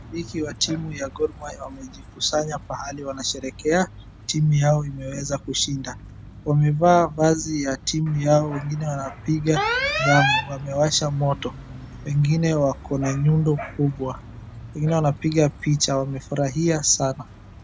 Mashambiki wa timu ya Gor Mahia wamejikusanya pahali wanasherehekea timu yao imeweza kushinda. Wamevaa vazi ya timu yao wengine wana piga dramu. Wamewasha moto. Wengine wako na Nyundo kubwa. Wengine wanapiga picha wamefurahia sana.